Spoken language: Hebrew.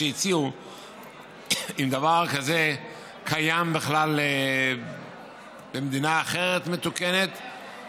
שהציעו אם דבר כזה קיים בכלל במדינה מתוקנת אחרת.